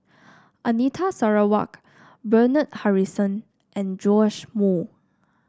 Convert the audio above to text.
Anita Sarawak Bernard Harrison and Joash Moo